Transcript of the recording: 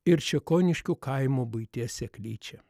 ir čekoniškių kaimo buities seklyčia